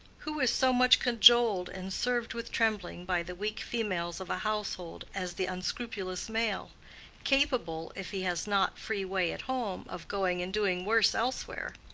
who is so much cajoled and served with trembling by the weak females of a household as the unscrupulous male capable, if he has not free way at home, of going and doing worse elsewhere?